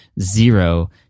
zero